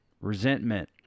resentment